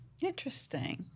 Interesting